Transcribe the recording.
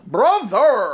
Brother